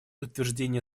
утверждения